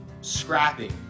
scrapping